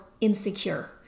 insecure